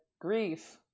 Grief